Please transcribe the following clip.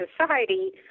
society